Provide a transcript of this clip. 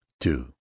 two